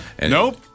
nope